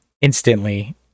instantly